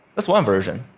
that's one version.